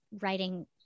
writing